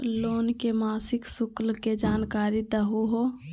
Loan के मासिक शुल्क के जानकारी दहु हो?